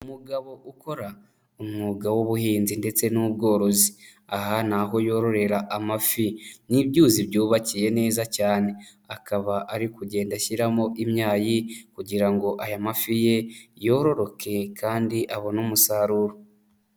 Umugabo ukora umwuga w'ubuhinzi ndetse n'ubworozi aha ni aho yororera amafi, ni byuzi byubakiye neza cyane akaba ari kugenda ashyiramo imyayi kugira ngo aya mafi ye yororoke kandi abone umusaruro.